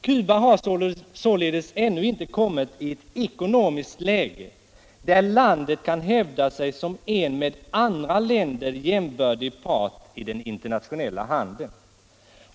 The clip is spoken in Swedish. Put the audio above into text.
Cuba har således ännu inte kommit i ett ekonomiskt läge där landet kan hävda sig som en med andra länder jämbördig part i den internationella handeln.